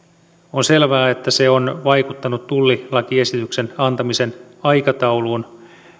on selvää että se on vaikuttanut tullilakiesityksen antamisen aikatauluun